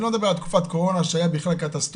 אני לא מדבר על תקופת קורונה, שהיה בכלל קטסטרופה,